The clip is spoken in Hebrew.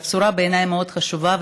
והבשורה בעיניי מאוד חשובה,